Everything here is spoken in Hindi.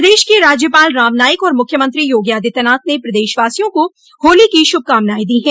प्रदेश के राज्यपाल राम नाईक और मुख्यमंत्री योगी आदित्यनाथ ने प्रदेशवासियों को होली की शुभकामनायें दी हैं